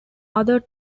other